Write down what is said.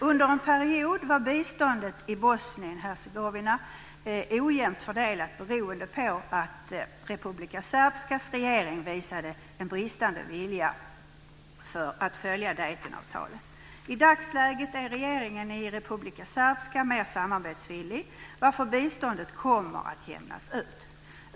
Under en period var biståndet till Bosnien Hercegovina ojämnt fördelat beroende på att Republika Srpskas regering visade en bristande vilja att följa Daytonavtalet. I dagsläget är regeringen i Republica Srpkska mer samarbetsvillig, varför biståndet kommer att jämnas ut.